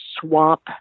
swap